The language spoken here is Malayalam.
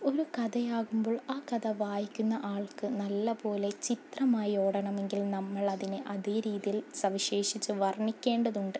ഒരു കഥയാകുമ്പോൾ ആ കഥ വായിക്കുന്ന ആൾക്ക് നല്ലപോലെ ചിത്രമായി ഓടണമെങ്കിൽ നമ്മൾ അതിനെ അതേ രീതിയിൽ സവിശേഷിച്ചു വർണ്ണിക്കേണ്ടതുണ്ട്